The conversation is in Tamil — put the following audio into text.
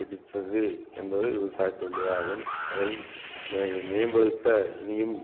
பிடித்தது என்பது விவசாயத்தொழிலே ஆகும் அதை மேம்படுத்த இனியும்